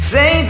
Say